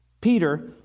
Peter